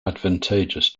advantageous